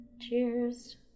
Cheers